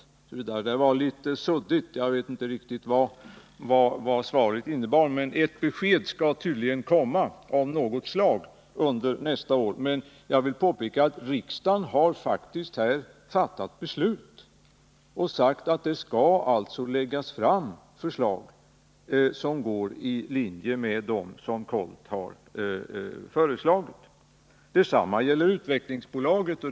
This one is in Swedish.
Där var svaret litet suddigt och jag vet inte riktigt vad det innebar, men ett besked av något slag skall tydligen komma under nästa år. Men jag vill påpeka att riksdagen faktiskt har fattat beslut och sagt att det skall läggas fram ett förslag som går i linje med vad KOLT föreslagit. Detsamma gäller utvecklingsbolaget.